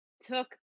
took